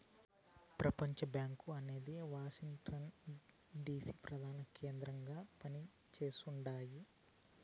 ప్రపంచబ్యాంకు అనేది Washington DC ప్రదాన కేంద్రంగా పని చేస్తుండాది